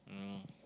um